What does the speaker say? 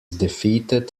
defeated